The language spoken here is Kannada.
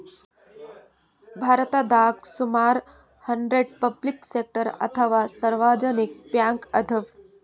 ಭಾರತದಾಗ್ ಸುಮಾರ್ ಹನ್ನೆರಡ್ ಪಬ್ಲಿಕ್ ಸೆಕ್ಟರ್ ಅಥವಾ ಸಾರ್ವಜನಿಕ್ ಬ್ಯಾಂಕ್ ಅದಾವ್